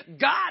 God